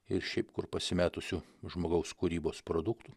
ir šiaip kur pasimetusių žmogaus kūrybos produktų